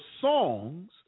songs